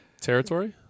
Territory